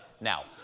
Now